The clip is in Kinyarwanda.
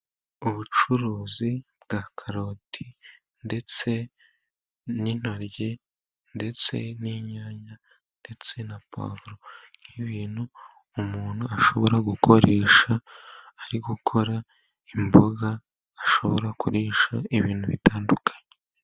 Ubucuruzi bwa karoti ndetse n'intoryi, ndetse n'inyanya ndetse na pavuro nk' ibintu umuntu ashobora gukoresha ari gukora imboga, ashobora kurisha ibintu bitandukanye.